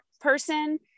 person